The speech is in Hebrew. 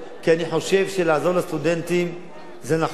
אני חושב שלעזור לסטודנטים זה נכון,